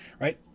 right